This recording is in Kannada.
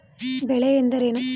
ಬೆಳೆ ಎಂದರೇನು?